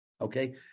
Okay